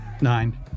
Nine